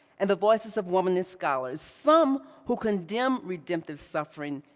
and the voices of womanist scholars, some who condemn redemptive suffering,